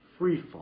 freefall